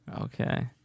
Okay